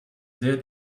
sehr